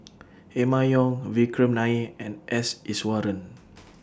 Emma Yong Vikram Nair and S Iswaran